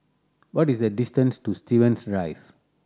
what is the distance to Stevens Drive